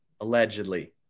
allegedly